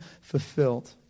fulfilled